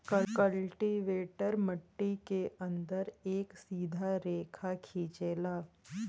cultivator मट्टी के अंदर एक सीधा रेखा खिंचेला